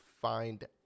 find